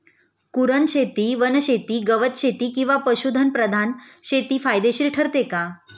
कुरणशेती, वनशेती, गवतशेती किंवा पशुधन प्रधान शेती फायदेशीर ठरते का?